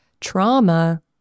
trauma